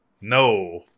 No